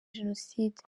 jenoside